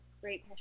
great